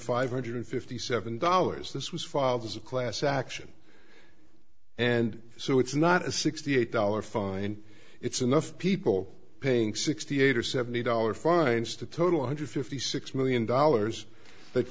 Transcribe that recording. five hundred fifty seven dollars this was filed as a class action and so it's not a sixty eight dollar fine it's enough people paying sixty eight or seventy dollars fines to total hundred fifty six million dollars that